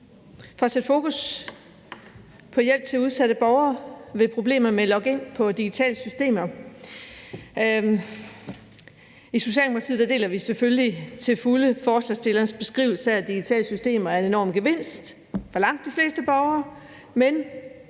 for at sætte fokus på hjælp til udsatte borgere ved problemer med login på digitale systemer. I Socialdemokratiet deler vi selvfølgelig til fulde forslagsstillernes beskrivelse af, at digitale systemer er en enorm gevinst for langt de fleste borgere,